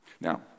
Now